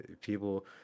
people